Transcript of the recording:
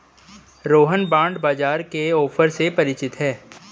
Rohan bond बाजार के offer से परिचित है